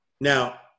Now